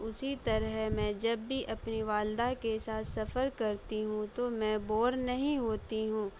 اسی طرح میں جب بھی اپنی والدہ کے ساتھ سفر کرتی ہوں تو میں بور نہیں ہوتی ہوں